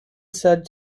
said